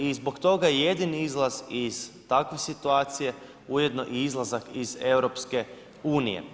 I zbog toga je jedini izlaz iz takve situacije ujedno i izlazak iz EU.